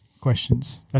Questions